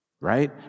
right